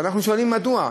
ואנחנו שואלים מדוע.